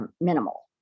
minimal